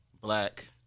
black